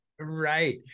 Right